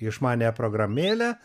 išmaniąją programėlę